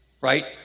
Right